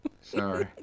Sorry